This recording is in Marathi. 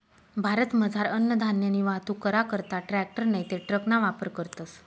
भारतमझार अन्नधान्यनी वाहतूक करा करता ट्रॅकटर नैते ट्रकना वापर करतस